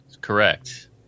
Correct